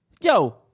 Yo